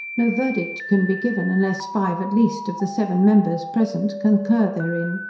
no verdict can be given, unless five, at least, of the seven members present concur therein.